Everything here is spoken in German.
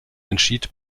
entschied